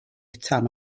tan